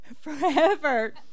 Forever